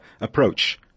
approach